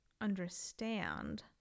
understand